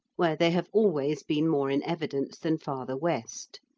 where they have always been more in evidence than farther west.